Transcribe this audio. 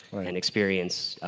and experience